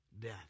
death